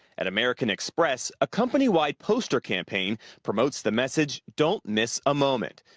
at american express, a company wide poster campaign promotes the message, don't miss a moment.